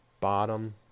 bottom